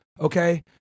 okay